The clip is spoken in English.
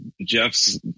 Jeff's